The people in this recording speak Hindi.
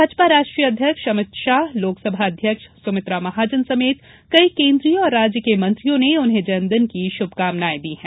भाजपा राष्ट्रीय अध्यक्ष अमित शाह लोक सभा अध्यक्ष सुमित्रा महाजन समेत कई केन्द्रीय और राज्य के मंत्रियों ने उन्हें जन्मदिन की शुभकामनाएं दी हैं